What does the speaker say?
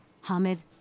Hamid